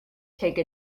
take